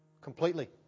completely